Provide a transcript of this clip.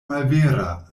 malvera